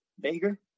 Baker